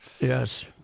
Yes